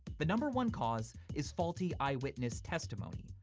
the number one cause is faulty eyewitness testimony,